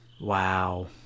Wow